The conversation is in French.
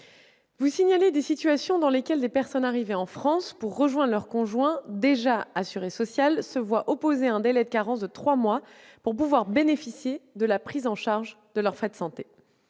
Vous signalez des situations dans lesquelles des personnes arrivées en France pour rejoindre leur conjoint, déjà assuré social, se voient opposer un délai de carence de trois mois pour pouvoir bénéficier de la prise en charge de leurs frais de santé.